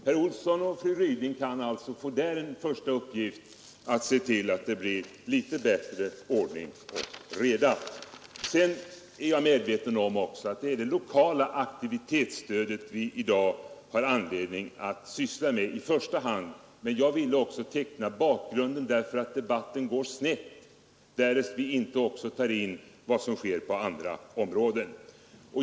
Herr Olsson och fru Ryding kan alltså få som första uppgift att se till, att det blir litet bättre ordning och reda på det här området i Göteborg. Jag är medveten om att det är det lokala aktivitetsstödet vi i dag har anledning att syssla med i första hand, men jag ville också i mitt första inlägg teckna bakgrunden. Debatten går snett, därest vi inte också tar in vad som sker på andra områden.